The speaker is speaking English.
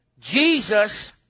Jesus